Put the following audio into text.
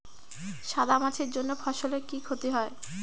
সাদা মাছির জন্য ফসলের কি ক্ষতি হয়?